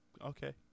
Okay